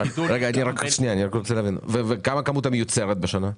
מה הכמות המיוצרת בשנה?